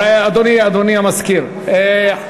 אדוני סגן המזכירה.